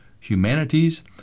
humanities